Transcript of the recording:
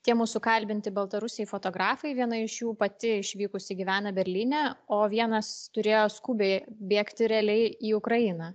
tie mūsų kalbinti baltarusiai fotografai viena iš jų pati išvykusi gyvena berlyne o vienas turėjo skubiai bėgti realiai į ukrainą